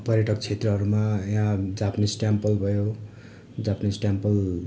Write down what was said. पर्यटक क्षेत्रहरूमा यहाँ जापनिस ट्याम्पल भयो जापनिस ट्याम्पल